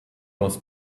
was